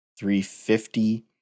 350